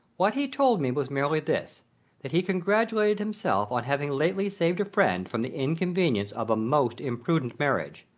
what he told me was merely this that he congratulated himself on having lately saved a friend from the inconveniences of a most imprudent marriage,